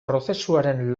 prozesuaren